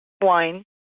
Wine